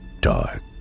dark